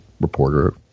reporter